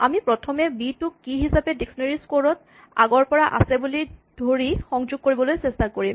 আমি প্ৰথমে বি টো কী হিচাপে ডিক্সনেৰী স্কৰ ত আগৰ পৰা আছে বুলি ধৰি সংযোগ কৰিবলৈ চেষ্টা কৰিম